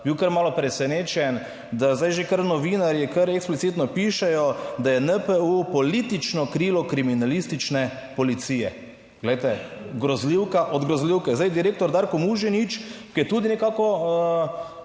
bil kar malo presenečen, da zdaj že kar novinarji kar eksplicitno pišejo, da je NPU politično krilo kriminalistične policije. Glejte, grozljivka od grozljivke. Zdaj, direktor Darko Muženič, ki je tudi nekako